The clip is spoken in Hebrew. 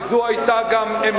וזו היתה גם עמדת,